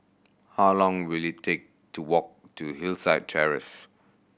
how long will it take to walk to Hillside Terrace